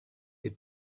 est